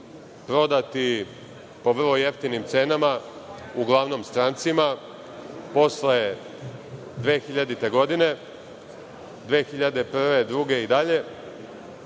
prodati po vrlo jeftinim cenama, uglavnom strancima posle 2000. godine, 2001, 2002. godine